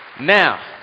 Now